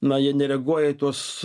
na jie nereaguoja į tuos